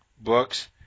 books